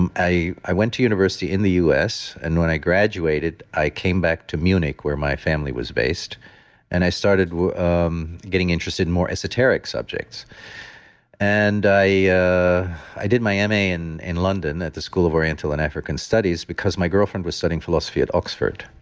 i i went to university in the u s. and when i graduated, i came back to munich where my family was based and i started um getting interested in more esoteric subjects and i yeah i did my m a. in in london at the school of oriental and african studies because my girlfriend was studying philosophy at oxford.